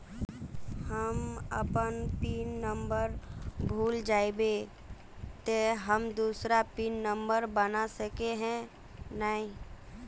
हम अपन pin number भूल जयबे ते हम दूसरा पिन नंबर बना सके है नय?